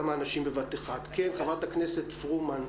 חברת הכנסת פרומן.